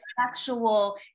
sexual